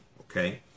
Okay